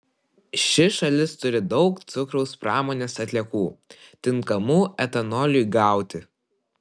ši šalis turi daug cukraus pramonės atliekų tinkamų etanoliui gauti